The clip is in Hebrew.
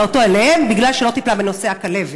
אותו אליהם בגלל שלא טיפלה בנושא הכלבת.